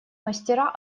мастера